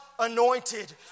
anointed